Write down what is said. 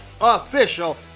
official